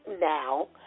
now